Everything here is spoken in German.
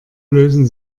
lösen